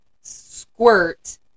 squirt